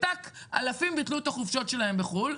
ואלפים ביטלו את החופשות שלהם לחו"ל.